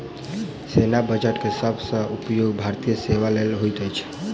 सेना बजट के सब सॅ उपयोग भारतीय सेना लेल होइत अछि